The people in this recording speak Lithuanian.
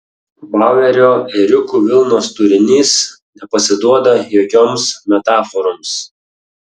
bauerio ėriukų vilnos turinys nepasiduoda jokioms metaforoms